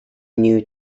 new